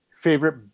favorite